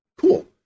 cool